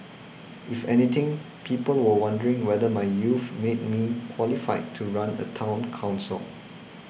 if anything people were wondering whether my youth made me qualified to run a Town Council